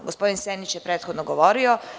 Gospodin Senić je prethodno govorio.